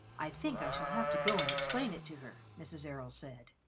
i think i shall have to go and explain it to her, mrs. errol said.